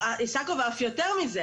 צריך לקחת אותה לקיש.